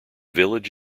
village